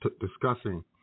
discussing